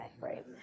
right